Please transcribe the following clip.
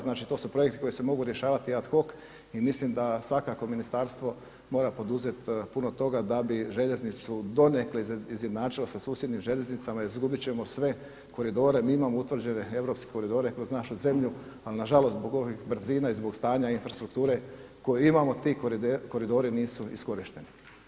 Znači to su projekti koji se mogu rješavati ad hoc i mislim da svakako ministarstvo mora poduzeti puno toga da bi željeznicu donekle izjednačilo sa susjednim željeznicama, izgubiti ćemo sve koridore, mi imamo utvrđene europske koridore kroz našu zemlju ali nažalost zbog ovih brzina i zbog stanja infrastrukture koje imamo ti koridori nisu iskorišteni.